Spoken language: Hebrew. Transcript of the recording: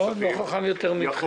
אני לא חכם יותר מכם.